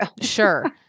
Sure